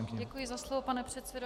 Děkuji za slovo, pane předsedo.